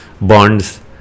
bonds